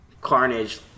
Carnage